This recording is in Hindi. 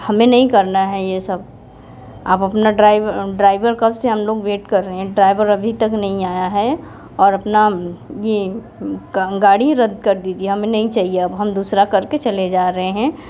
हमें नहीं करना है ये सब आप अपना ड्राइवर कब से हम लोग वेट कर रहें ड्राइवर अभी तक नहीं आया है और अपना ये गाड़ी रद्द कर दीजिए हमें नहीं चाहिए अब हम दूसरा करके चले जा रहे हैं